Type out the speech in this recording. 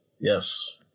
Yes